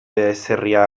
baserria